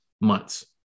months